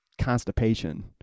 constipation